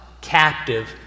captive